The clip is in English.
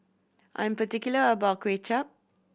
I'm particular about Kuay Chap